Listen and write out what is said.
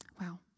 Wow